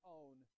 own